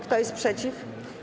Kto jest przeciw?